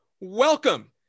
welcome